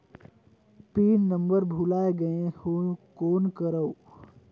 Pin number भुला गयें हो कौन करव?